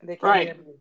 Right